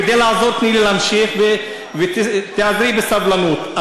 כדי לעזור תני לי להמשיך ותתאזרי בסבלנות.